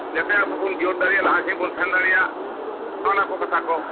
ᱡᱟᱛᱮ ᱟᱵᱚᱵᱚᱱ ᱡᱳᱨᱫᱟᱲᱮᱜ ᱞᱟᱦᱟᱥᱮᱫ ᱵᱚᱱ ᱥᱮᱱ ᱫᱟᱲᱮᱭᱟᱜ ᱱᱚᱜᱚᱱᱟᱠᱚ ᱠᱟᱛᱷᱟᱠᱚ